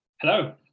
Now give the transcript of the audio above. Hello